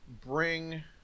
bring